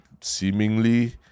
seemingly